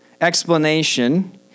explanation